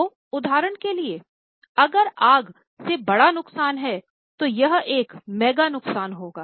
तो उदाहरण के लिए अगर आग से बड़ा नुकसान है तो यह एक मेगा नुकसान होगा